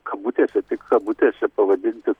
kabutėse tik kabutėse pavadinti